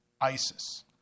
ISIS